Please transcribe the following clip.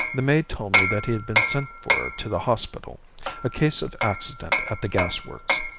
the maid told me that he had been sent for to the hospital a case of accident at the gas-works,